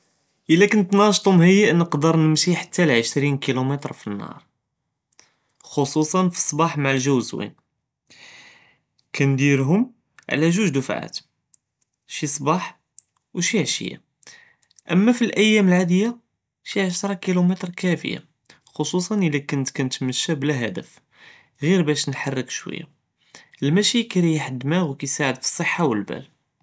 אִלָּא כּוּنت נאשِט וּמְהַיַא נַקְדַר נְמְשִי חַתּא לְעֶשְרִין קִילּוּמֶטר פלאנהאר, חְחוּסַן פלאסְבּאח מַע אלג׳וּ זווין, קְנְדִירְהום עַל זְוּז דִפּוּעַאת שִי סְבּاح וְשִי עֻשְיָה, אִמָּא פלאיאָמ אלעָדִיַה שִי עֻשְרָה קִילּוּמֶטר כַּפִיָה, חְחוּסַן אִדָּא כּוּنت קַנְתֶמְשִי בּלָא הַדַף ג׳ִיר בַּאש נְחַרֶּכּ שְוִיָה, אלמַשִי כִּיַחְרִיקּ אלדִּמַאע וְכִיְסַעְד פלאסְחָה וּלבַּל.